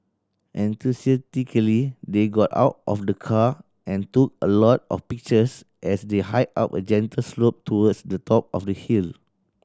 enthusiastically they got out of the car and took a lot of pictures as they hiked up a gentle slope towards the top of the hill